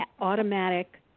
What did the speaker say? automatic